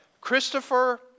Christopher